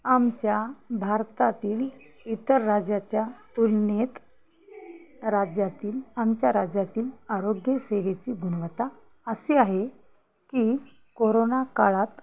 आमच्या भारतातील इतर राज्यांच्या तुलनेत राज्यातील आमच्या राज्यातील आरोग्यसेवेची गुणवत्ता अशी आहे की कोरोना काळात